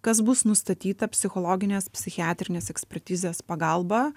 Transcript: kas bus nustatyta psichologinės psichiatrinės ekspertizės pagalba